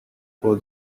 for